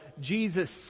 Jesus